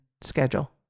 schedule